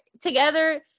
together